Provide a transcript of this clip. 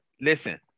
Listen